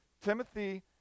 Timothy